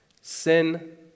Sin